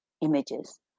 images